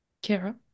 Kara